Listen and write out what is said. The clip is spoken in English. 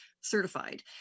certified